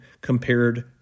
compared